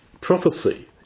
prophecy